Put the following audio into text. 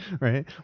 Right